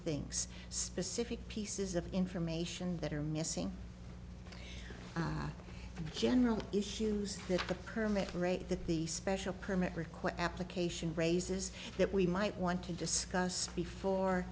things specific pieces of information that are missing and general issues that the permit rate that the special permit requests application raises that we might want to discuss before